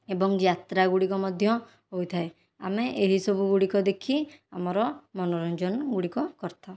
ଏବଂ ଯାତ୍ରା ଗୁଡ଼ିକ ମଧ୍ୟ ହୋଇଥାଏ ଆମେ ଏହି ସବୁ ଗୁଡ଼ିକ ଦେଖି ଆମର ମନୋରଞ୍ଜନ ଗୁଡ଼ିକ କରିଥାଉ